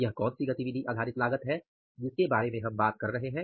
यह कौन सी गतिविधि आधारित लागत है जिस के बारे में हम बात कर रहे हैं